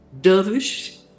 dervish